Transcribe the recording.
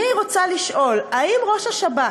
אני רוצה לשאול, האם ראש השב"כ,